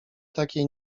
takiej